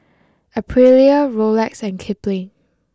Aprilia Rolex and Kipling